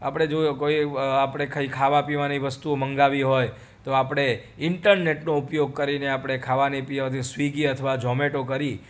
આપણે જોઈએ કોઈ એવું આપણે કંઈ ખાવાપીવાની વસ્તુઓ મંગાવી હોય તો આપણે ઈન્ટરનેટનો ઉપયોગ કરીને આપણે ખાવાની પીવાની સ્વીગી અથવા ઝોમેટો કરી